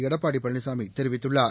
எடப்பாடி பழனிசாமி தெரிவித்துள்ளார்